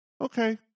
okay